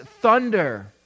thunder